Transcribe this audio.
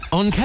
on